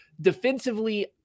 defensively